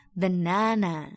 banana